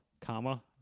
comma